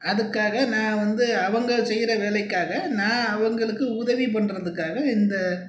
அதுக்காக நான் வந்து அவங்க செய்கிற வேலைக்காக நான் அவங்களுக்கு உதவி பண்ணுறதுக்காக இந்த